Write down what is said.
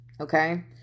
Okay